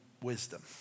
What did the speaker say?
wisdom